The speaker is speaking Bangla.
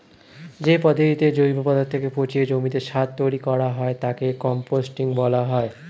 যে পদ্ধতিতে জৈব পদার্থকে পচিয়ে জমিতে সার তৈরি করা হয় তাকে কম্পোস্টিং বলা হয়